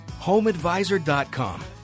homeadvisor.com